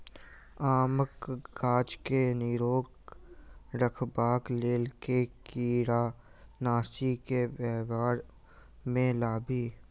आमक गाछ केँ निरोग रखबाक लेल केँ कीड़ानासी केँ व्यवहार मे लाबी?